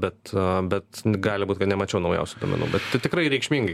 bet bet gali būt kad nemačiau naujausių duomenų bet tikrai reikšmingai